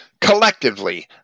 Collectively